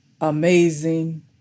Amazing